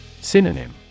Synonym